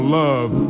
love